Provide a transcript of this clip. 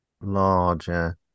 Larger